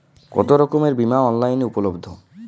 কতোরকমের বিমা অনলাইনে উপলব্ধ?